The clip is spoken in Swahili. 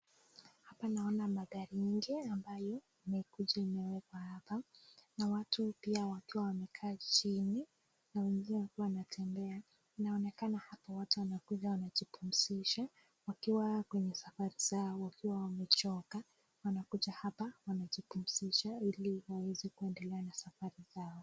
Serikali inasimamia huduma za uhamiaji kwa kutoa pasipoti kwa raia. Hii ni muhimu kwa usalama wa taifa, kudhibiti mipaka na kurahisisha usafiri wa kimataifa kwa wananchi wote kwa usahihi na ufanisi.